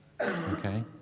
Okay